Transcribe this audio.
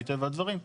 מטבע הדברים.